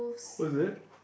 was it